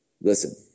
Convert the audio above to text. Listen